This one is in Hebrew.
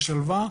בשלווה,